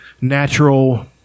natural